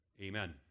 Amen